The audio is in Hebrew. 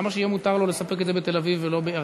למה שיהיה מותר לו לספק את זה בתל-אביב ולא באריאל?